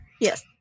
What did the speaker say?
Yes